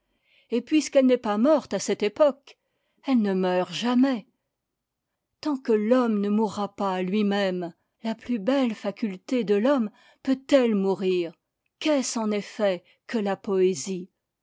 et puisqu'elle n'est pas morte à cette époque elle ne meurt jamais tant que l'homme ne mourra pas lui-même la plus belle faculté de l'homme peut-elle mourir qu'est-ce en effet que la poésie